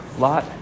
Lot